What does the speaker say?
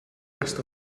rest